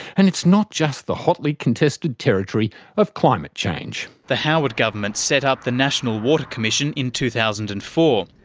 and it's not just the hotly contested territory of climate change. the howard government set up the national water commission in two thousand and four,